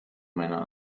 meiner